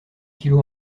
kilo